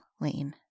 Lane